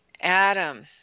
adam